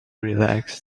relaxed